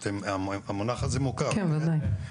המונח הזה מוכר לכולם.